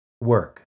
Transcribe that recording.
work